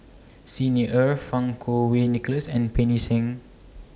Xi Ni Er Fang Kuo Wei Nicholas and Pancy Seng